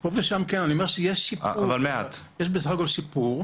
פה ושם כן, יש בסך הכול שיפור.